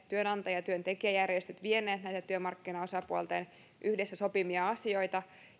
työnantaja ja työntekijäjärjestöt vieneet näitä työmarkkinaosapuolten yhdessä sopimia asioita